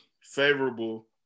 favorable